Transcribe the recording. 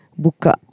Buka